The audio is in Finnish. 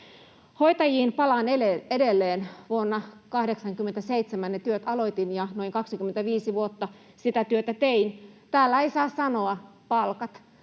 Hoitajiin palaan edelleen. Vuonna 87 ne työt aloitin ja noin 25 vuotta sitä työtä tein. Täällä ei saa sanoa: palkat.